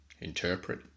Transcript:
interpret